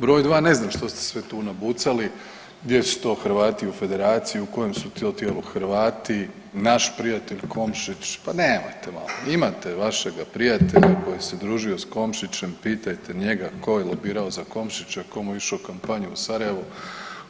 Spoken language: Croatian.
Broj dva, ne znam što ste sve tu nabucali, gdje su to Hrvati u Federaciji, u kojem su to tijelu Hrvati, naš prijatelj Komšić, pa nemojte .../nerazumljivo/... imate vašega prijatelja koji se družio s Komšićem, pitajte njega tko je lobirao za Komšića, tko mu je išao u kampanju u Sarajevo,